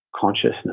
consciousness